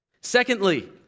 Secondly